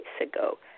ago